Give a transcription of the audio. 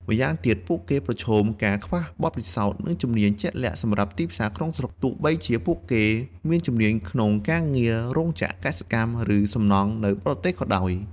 ម្យ៉ាងទៀតពួកគេប្រឈមការខ្វះបទពិសោធន៍និងជំនាញជាក់លាក់សម្រាប់ទីផ្សារក្នុងស្រុកបើទោះបីជាពួកគេមានជំនាញក្នុងការងាររោងចក្រ កសិកម្ម ឬសំណង់នៅបរទេសក៏ដោយ ។